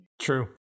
True